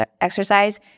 exercise